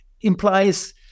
implies